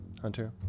Hunter